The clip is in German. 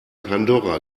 pandora